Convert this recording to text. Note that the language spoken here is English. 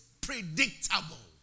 predictable